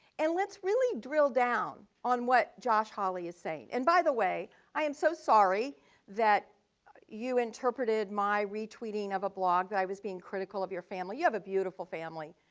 and let's really drill down on what josh hawley is saying. and by the way, i am so sorry that you interpreted my retweeting of a blog that i was being critical of your family. you have a beautiful family.